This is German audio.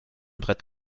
brett